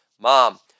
Mom